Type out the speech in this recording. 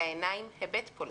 לעיניים היבט פוליטי.